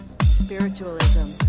Spiritualism